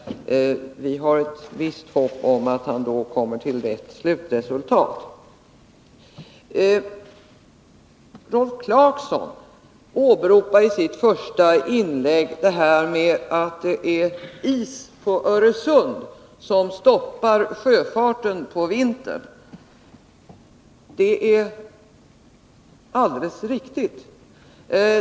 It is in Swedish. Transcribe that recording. Vi har ett visst hopp om att han då kommer till rätt slutresultat. Rolf Clarkson åberopade i sitt första inlägg att det är is på Öresund som stoppar sjöfarten på vintern. Det alldeles riktigt.